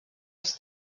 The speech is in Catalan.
els